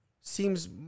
seems